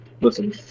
listen